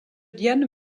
diane